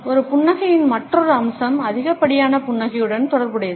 ஒரு புன்னகையின் மற்றொரு அம்சம் அதிகப்படியான புன்னகையுடன் தொடர்புடையது